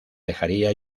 dejaría